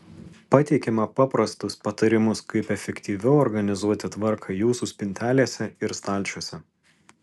pateikiame paprastus patarimus kaip efektyviau organizuoti tvarką jūsų spintelėse ir stalčiuose